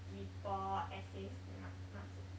report essays 那那种